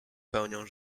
pełnią